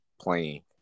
playing